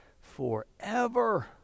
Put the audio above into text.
forever